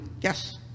Yes